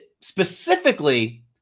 specifically